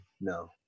no